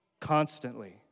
constantly